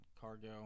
Cargo